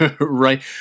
Right